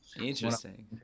Interesting